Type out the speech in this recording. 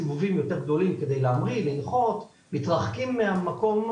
לא רק מבחינתי, מבחינת טייסת הכיבוי.